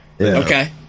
Okay